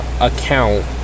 account